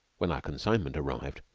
when our consignment arrived,